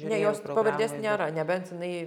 ne jos pavardės nėra nebent jinai